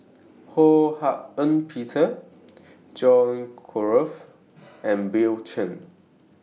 Ho Hak Ean Peter John Crawfurd and Bill Chen